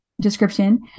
description